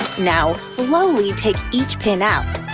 now slowly take each pin out.